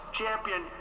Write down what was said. champion